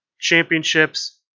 championships